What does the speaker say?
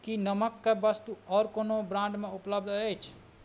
कि नमकके वस्तु आओर कोनो ब्राण्डमे उपलब्ध अछि